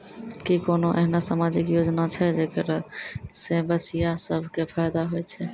कि कोनो एहनो समाजिक योजना छै जेकरा से बचिया सभ के फायदा होय छै?